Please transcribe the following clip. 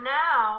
now